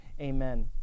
Amen